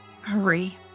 hurry